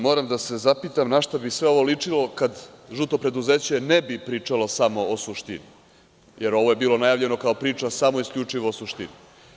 Moram da se zapitam na šta bi sve ovo ličilo kad „žuto preduzeće“ ne bi pričalo samo o suštini, jer ovo je bilo najavljeno kao priča samo isključivo o suštini.